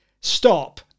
stop